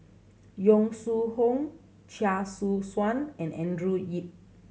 Yong Shu Hoong Chia Choo Suan and Andrew Yip